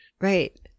Right